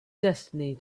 destiny